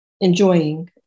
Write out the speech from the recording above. enjoying